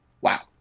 Wow